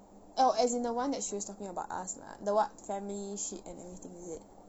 oh as in the one that she was talking about us lah the what family shit and everything is it